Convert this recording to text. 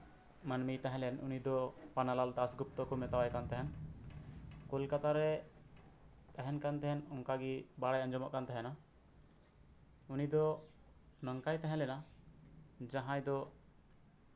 ᱢᱟᱱᱢᱤᱭ ᱛᱟᱦᱮᱸᱞᱮᱱ ᱩᱱᱤ ᱫᱚ ᱯᱟᱱᱟᱞᱟᱞ ᱫᱟᱞᱜᱩᱯᱛᱚ ᱠᱚ ᱢᱮᱛᱟᱣᱟᱭ ᱠᱟᱱ ᱛᱟᱦᱮᱸᱱ ᱠᱳᱞᱠᱟᱛᱟ ᱨᱮᱭ ᱛᱟᱦᱮᱸᱱ ᱠᱟᱱ ᱛᱟᱦᱮᱸᱱ ᱠᱟᱱ ᱛᱟᱦᱮᱸᱱ ᱚᱱᱠᱟᱜᱤ ᱵᱟᱲᱟᱭ ᱟᱸᱡᱚᱢᱚᱜ ᱠᱟᱱ ᱛᱟᱦᱮᱸᱱᱟ ᱩᱱᱤ ᱫᱚ ᱱᱚᱝᱠᱟᱭ ᱛᱟᱦᱮᱸᱞᱮᱱᱟ ᱡᱟᱦᱟᱸᱭ ᱫᱚ